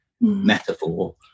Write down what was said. metaphor